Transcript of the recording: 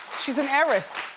she's an heiress,